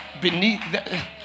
beneath